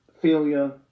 failure